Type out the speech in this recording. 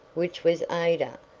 which was aida,